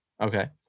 Okay